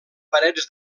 parets